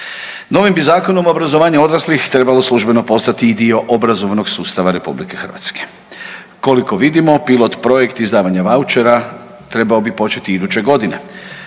Novim bi Zakonom obrazovanja odraslih trebalo službeno postati i dio obrazovnog sustava RH koliko vidimo, pilot projekt izdavanja vaučera trebao bi početi iduće godine.